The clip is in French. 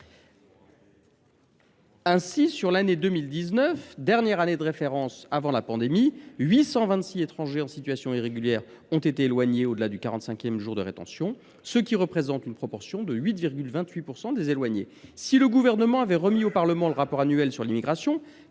Sur l’année 2019, dernière année de référence avant la pandémie, 826 étrangers en situation irrégulière ont été éloignés au delà du quarante cinquième jour de rétention, ce qui représente une proportion de 8,28 % des éloignés. » Si le Gouvernement avait remis au Parlement le rapport annuel sur l’immigration,